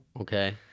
Okay